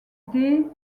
dès